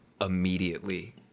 Immediately